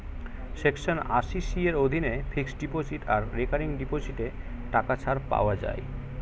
section আশি C এর অধীনে ফিক্সড ডিপোজিট আর রেকারিং ডিপোজিটে টাকা ছাড় পাওয়া যায়